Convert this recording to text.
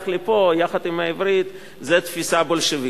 לפה יחד עם העברית זה תפיסה בולשביקית.